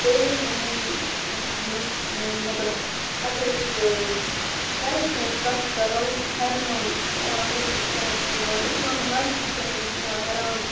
بیٚیہِ یُس مطلب اگر أسۍ کَرَپشَنٕچ کَتھ کَرو یہِ چھِ حرام یِوان سٲنِس اِسلامَس منٛز ماننہٕ اِسلامِک مذہَبسٕے منٛز چھِ یِوان حرام